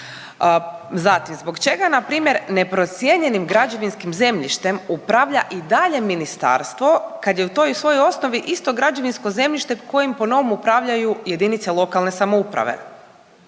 Zatim, zbog čega npr. neprocijenjenim građevinskim zemljištem upravlja i dalje ministarstvo kad je u toj svojoj osnovi isto građevinsko zemljište kojim po novom upravljaju jedinice lokalne samouprave.